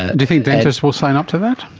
ah do you think dentists will sign up to that?